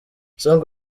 song